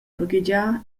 baghegiar